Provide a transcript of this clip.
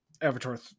Avatar